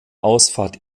ausfahrt